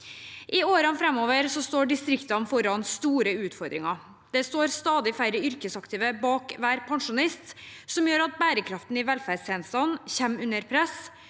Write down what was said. I årene framover står distriktene ovenfor store utfordringer. Det står stadig færre yrkesaktive bak hver pensjonist, noe som gjør at bærekraften i velferdstjenestene kommer under press,